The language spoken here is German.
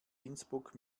innsbruck